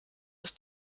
ist